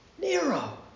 Nero